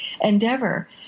endeavor